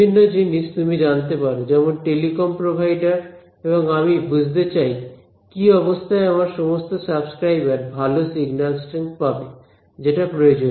বিভিন্ন জিনিস তুমি জানতে পারো যেমন টেলিকম প্রোভাইডার এবং আমি বুঝতে চাই কি অবস্থায় আমার সমস্ত সাবস্ক্রাইবার ভালো সিগন্যাল স্ট্রেঙ্থ পাবে যেটা প্রয়োজনীয়